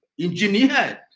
engineered